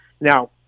Now